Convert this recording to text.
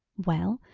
well,